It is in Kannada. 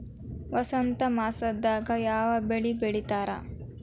ವಸಂತ ಮಾಸದಾಗ್ ಯಾವ ಬೆಳಿ ಬೆಳಿತಾರ?